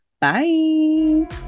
bye